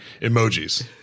emojis